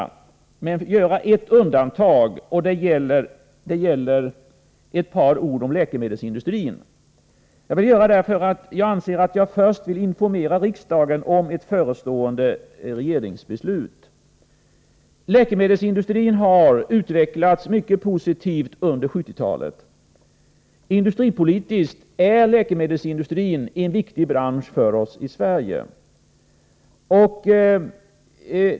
Dock vill jag göra ett undantag och säga några ord om läkemedelsindustrin, och jag gör detta, därför att jag först vill informera riksdagen om ett förestående regeringsbeslut. Läkemedelsindustrin har utvecklats mycket positivt under 1970-talet. Industripolitiskt är läkemedelsindustrin en viktig bransch för Sverige.